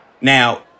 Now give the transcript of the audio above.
Now